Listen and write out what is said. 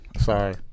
Sorry